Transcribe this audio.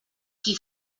qui